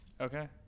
okay